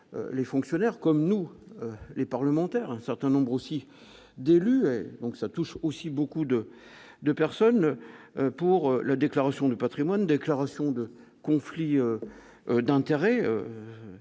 les fonctionnaires comme nous les parlementaires, un certain nombre aussi de l'UE, donc ça touche aussi beaucoup de de personnes pour la déclaration de Patrimoine, déclaration de conflits d'intérêts,